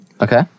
Okay